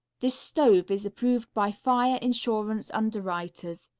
this stove is approved by fire insurance underwriters.